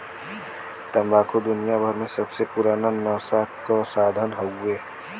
तम्बाकू दुनियाभर मे सबसे पुराना नसा क साधन हउवे